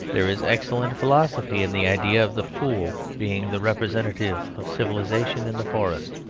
there is excellent philosophy in the idea of the fool being the representative of civilisation in the forest.